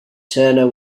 turner